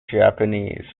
japanese